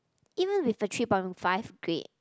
even with a three point five grade